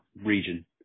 region